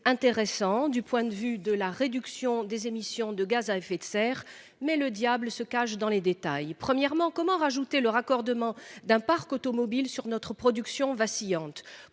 intéressant du point de vue de la réduction des émissions de gaz à effet de serre mais le diable se cache dans les détails. Premièrement comment rajouter le raccordement d'un parc automobile sur notre production vacillante.